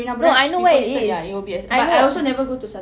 no I know where it is I know